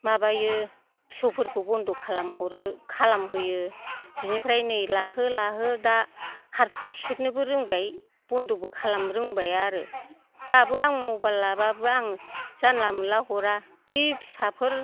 माबायो फिसौफोरखौ बन्द' खालामहरो खालामहोयो बिनिफ्राय नै लाहो लाहो दा हारसिं सेरनोबो रोंबाय बन्द'बो खालामनो रोंबाय आरो दाबो आं मबाइल लाबाबो आं जानला मोनला हरा बे फिसाफोर